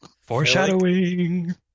Foreshadowing